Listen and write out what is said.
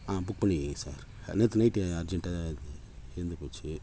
ஆ book பண்ணிக்கோங்க sir நேற்று night அர்ஜெண்ட்டாக இது தீர்ந்துப்போச்சு